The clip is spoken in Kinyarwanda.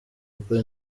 gukora